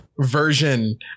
version